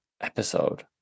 episode